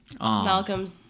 Malcolm's